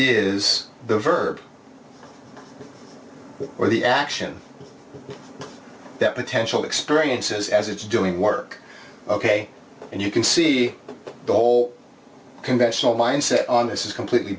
is the verb or the action that potential experiences as it's doing work ok and you can see the whole conventional mindset on this is completely